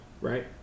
right